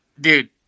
Dude